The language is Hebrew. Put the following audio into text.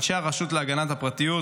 אנשי הרשות להגנת הפרטיות,